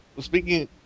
speaking